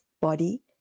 body